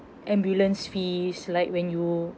ambulance fees like when you